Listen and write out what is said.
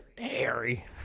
Harry